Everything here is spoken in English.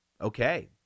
Okay